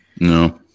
No